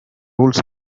rules